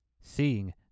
Seeing